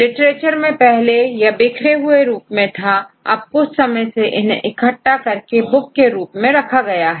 literature में पहले यह बिखरे हुए रूप में था अब कुछ समय से इन्हें इकट्ठा करके बुक के रूप में रखा गया है